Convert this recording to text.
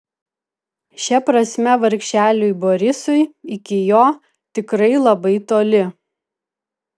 šia prasme vargšeliui borisui iki jo tikrai labai toli